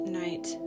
night